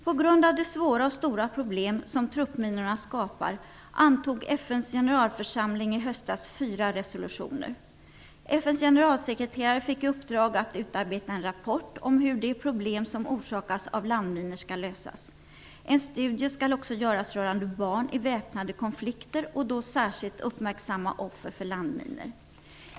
På grund av de svåra och stora problem som truppminorna skapar antog FN:s generalförsamling i höstas fyra resolutioner. FN:s generalsekreterare fick i uppdrag att utarbeta en rapport om hur de problem som orsakas av landminor skall lösas. En studie skall också göras rörande barn i väpnade konflikter och då särskilt uppmärksamma offer för landminor.